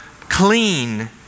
clean